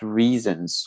reasons